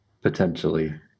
potentially